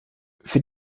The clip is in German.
für